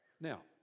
Now